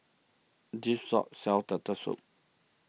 this shop sells Turtle Soup